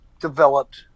developed